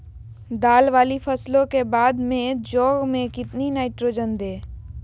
दाल वाली फसलों के बाद में जौ में कितनी नाइट्रोजन दें?